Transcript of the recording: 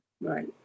right